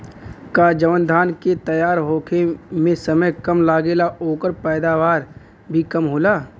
का जवन धान के तैयार होखे में समय कम लागेला ओकर पैदवार भी कम होला?